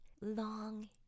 long